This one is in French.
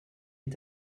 est